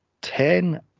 ten